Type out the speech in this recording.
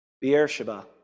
Beersheba